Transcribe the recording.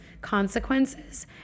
consequences